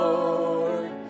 Lord